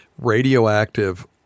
radioactive